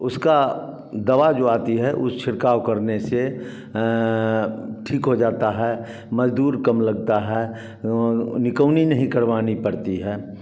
उसकी दवा जो आती है उस छिड़काव करने से ठीक हो जाता है मज़दूर कम लगते हैं नीकौनी नहीं करवानी पड़ती है